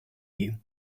you